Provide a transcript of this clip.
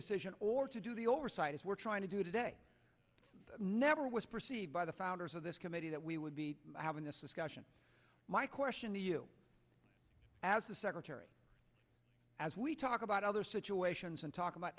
decision or to do the oversight as we're trying to do today never was perceived by the founders of this committee that we would be having this discussion my question to you as the secretary as we talk about other situations and talk about